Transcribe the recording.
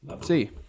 See